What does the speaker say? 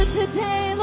today